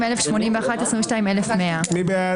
22,081 עד 22,100. מי בעד?